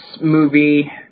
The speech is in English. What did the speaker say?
movie